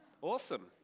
Awesome